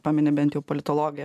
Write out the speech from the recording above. pamini bent jau politologė